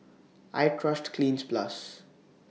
I Trust Cleanz Plus